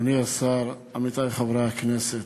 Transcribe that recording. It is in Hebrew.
אדוני השר, עמיתי חברי הכנסת,